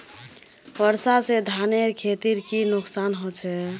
वर्षा से धानेर खेतीर की नुकसान होचे?